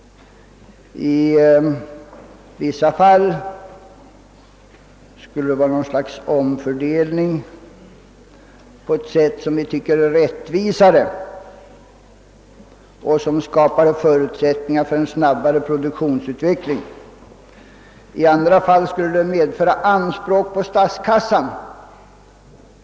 I vissa fall borde det ske något slags omfördelning på ett sätt som vi tycker borde vara mer rättvist och som skapar förutsättningar för en snabbare produktionsutveckling. I andra fall skulle det medföra anspråk på statskassan.